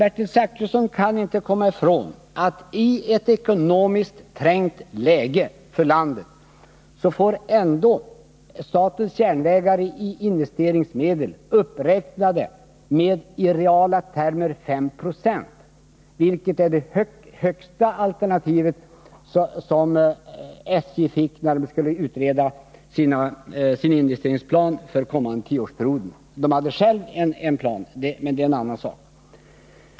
Bertil Zachrisson kan dock inte komma ifrån det faktum att i ett ekonomiskt trängt läge för landet får ändå statens järnvägar sina investeringsmedel uppräknade med i reala termer 5 26. Det är det högsta alternativet SJ fick, när man skulle utreda sin investeringsplan för den kommande tioårsperioden. SJ hade självt en plan, men det är en annan sak.